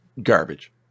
Garbage